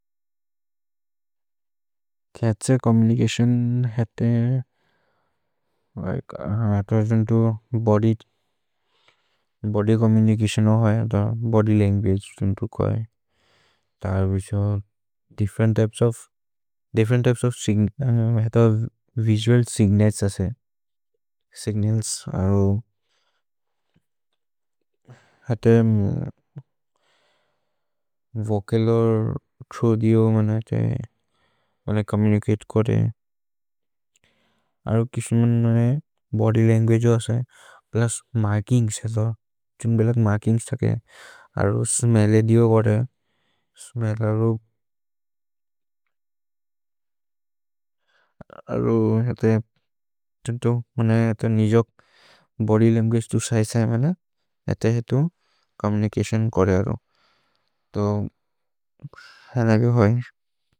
खयचचे, चोम्मुनिचतिओन् हैते, अथर जंटू बड़ी, बड़ी चोम्मुनिचतिओन् हो है। अथा बोद्य् लन्गुअगे जंटू को है, तार विश्वाल, different types of, different types of signal, हैता। विसुअल् सिग्नल्स् आसे, सिग्नल्स् आरो, हैते वोचल् और थ्रोअत् दियो, मना, चय, मना चोम्मुनिचते करे। आरु किसी मनन पर बड़ी लेंग्गेज आसे, प्लस मार्किंग्स है था, छुंबलाग मार्किंग्स थाके, आरु स्मेले दियो गड़े, स्मेलारो, आरु हते चिज्टो, मने अतो निजग बड़ी लेंग्गेज तु साइशा है मना, इते हित चोम्मुनिचतिओन् करियरो। तो, हन भि होइ।